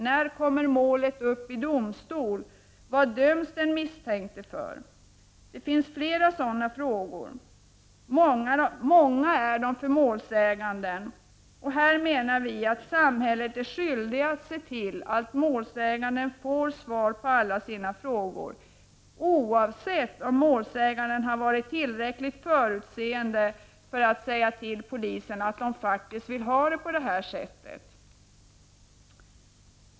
När kommer målet upp i domstol? Vad döms den misstänkte för? Det finns fler sådana frågor. Frågorna är många för målsäganden. Här menar vi att samhället är skyldigt att se till att målsäganden får svar på alla sina frågor, oavsett om målsäganden har varit tillräckligt förutseende för att säga till polisen att han faktiskt vill ha det på det här sättet.